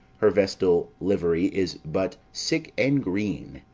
her vestal livery is but sick and green,